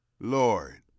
lord